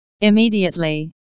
immediately